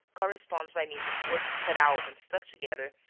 corresponds by means of words cut out and stuck together,